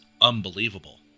unbelievable